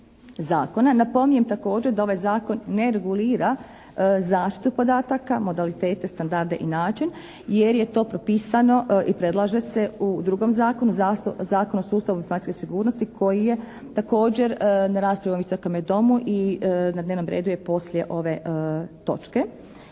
Zakona. Napominjem također da ovaj Zakon ne regulira zaštitu podataka, modalitete, standarde i način jer je to propisano i predlaže se u drugom zakonu, Zakonu o sustavu informacijske sigurnosti koji je također na rasprava u ovome Visokome domu i na dnevnom redu je poslije ove točke.